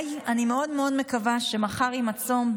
אני מאוד מאוד מקווה שמחר עם הצום,